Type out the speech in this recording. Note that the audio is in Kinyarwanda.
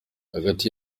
hagati